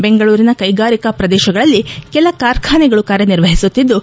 ಬೆಂಗಳೂರಿನ ಕೈಗಾರಿಕಾ ಪ್ರದೇಶಗಳಲ್ಲಿ ಕೆಲ ಕಾರ್ಖಾನೆಗಳು ಕಾರ್ಯನಿರ್ವಹಿಸುತ್ತಿದ್ದು